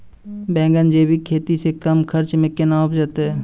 बैंगन जैविक खेती से कम खर्च मे कैना उपजते?